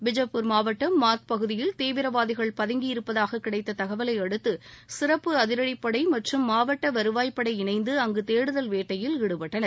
பிஜப்பூர் மாவட்டம் மாத் பகுதியில் தீவிரவாதிகள் பதுங்கியிருப்பதாக கிடைத்த தகவலை அடுத்து சிறப்பு அதிரடிப்படை மற்றும் மாவட்ட வருவாய் படை இணைந்து அங்கு தேடுதல் வேட்டையில் ஈடுபட்டனர்